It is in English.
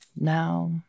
now